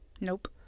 Nope